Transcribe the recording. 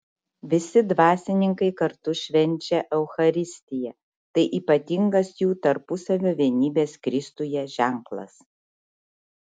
visi dvasininkai kartu švenčia eucharistiją tai ypatingas jų tarpusavio vienybės kristuje ženklas